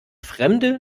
fremde